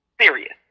serious